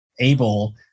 Able